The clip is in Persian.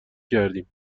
کردیم